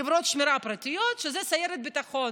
חברות שמירה פרטיות, שזה סיירת ביטחון.